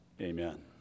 Amen